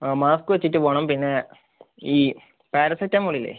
ആ മാസ്ക് വച്ചിട്ട് പോണം പിന്നെ ഈ പാരസെറ്റമോളില്ലേ